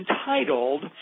entitled